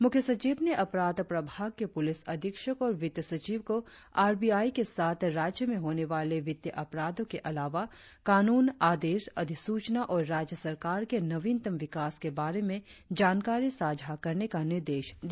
मुख्य सचिव ने अपराध प्रभाग के पुलिस अधीक्षक और वित्त सचिव को आर बी आई के साथ राज्य में होने वाले वित्तीय अपराधों के अलावा कानून आदेश अधिसूचना और राज्य सरकार के नवीनतम विकास के बारे में जानकारी साझा करने का निर्देश दिया